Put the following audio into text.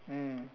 mm